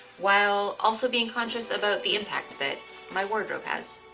while also being conscious about the impact that my wardrobe has.